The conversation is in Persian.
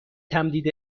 تمدید